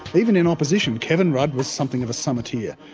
but even in opposition, kevin rudd was something of a summiteer.